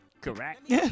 Correct